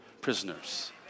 prisoners